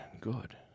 good